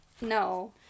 No